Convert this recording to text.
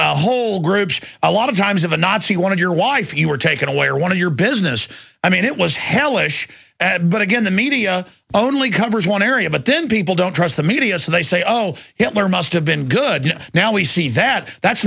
a whole group a lot of times of a nazi one of your wife you were taken away or one of your business i mean it was hellish and but again the media only covers one area but then people don't trust the media so they say ah yes there must have been good now we see that that's